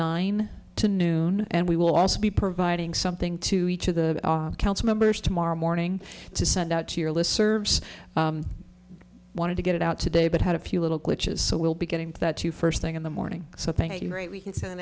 nine to noon and we will also be providing something to each of the council members tomorrow morning to send out your list serves wanted to get it out today but had a few little glitches so we'll be getting that to you first thing in the morning so thank you very we can s